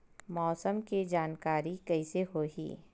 मौसम के जानकारी कइसे होही?